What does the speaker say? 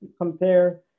compare